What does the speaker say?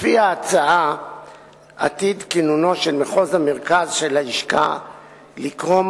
לפי ההצעה עתיד כינונו של מחוז המרכז של הלשכה לקרום